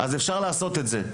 אז, אפשר לעשות את זה.